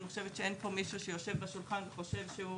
אני לא חושבת שיש פה מישהו שיושב בשולחן וחושב שהוא